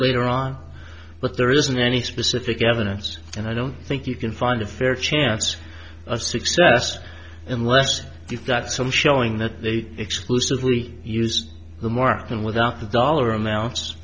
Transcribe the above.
later on but there isn't any specific evidence and i don't think you can find a fair chance of success unless you've got some showing that they exclusively use the mark and without the dollar